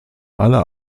alle